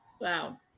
Wow